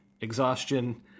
Exhaustion